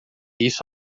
isso